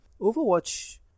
Overwatch